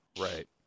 Right